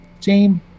team